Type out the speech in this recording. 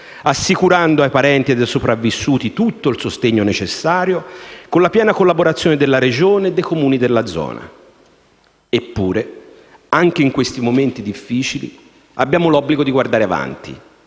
assicurando ai parenti ed ai sopravvissuti tutto il sostegno necessario, con la piena collaborazione della Regione e dei Comuni della zona. Eppure, anche in questi momenti difficili abbiamo l'obbligo di guardare avanti.